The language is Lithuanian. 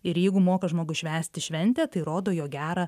ir jeigu moka žmogus švęsti šventę tai rodo jo gerą